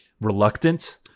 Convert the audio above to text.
reluctant